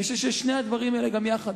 אני חושב ששני הדברים האלה גם יחד,